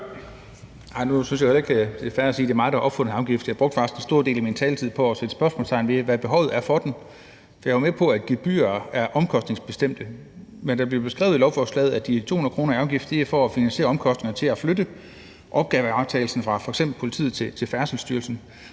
det er mig, der har opfundet afgiften. Jeg brugte faktisk en stor del af min taletid på at stille spørgsmålet: Hvad er behovet for den? For jeg er jo med på, at gebyrer er omkostningsbestemte, men det bliver beskrevet i lovforslaget, at de 200 kr. i afgift skal finansiere omkostningerne ved at flytte opgavevaretagelsen fra f.eks. politiet til Færdselsstyrelsen.